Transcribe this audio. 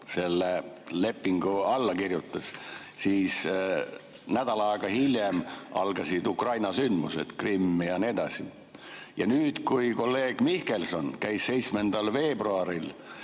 selle lepingu alla kirjutas, siis nädal aega hiljem algasid Ukraina sündmused: Krimm ja nii edasi. Ja nüüd, kui kolleeg Mihkelson kohtus 7. veebruaril